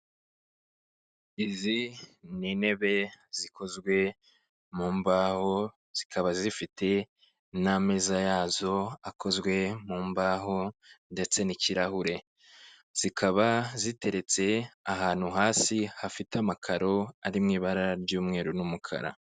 Izi ni intebe zikozwe mu mbaho zikaba zifite n'ameza yazo akozwe mu mbaho ndetse n'ikirahure zikaba ziteretse ahantu hasi hafite amakaro ari mu ibara ry'umweru n'umukara.